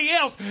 else